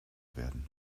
werden